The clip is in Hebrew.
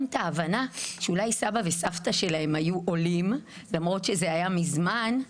את ההבנה שאולי סבא וסבתא שלהם היו עולים למרות שזה היה מזמן,